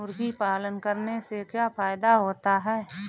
मुर्गी पालन करने से क्या फायदा होता है?